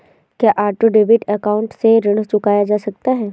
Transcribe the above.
क्या auto debit account से ऋण चुकाया जा सकता है?